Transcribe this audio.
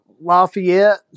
Lafayette